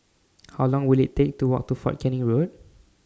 How Long Will IT Take to Walk to Fort Canning Road